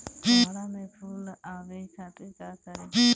कोहड़ा में फुल आवे खातिर का करी?